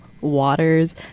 waters